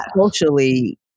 socially